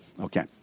Okay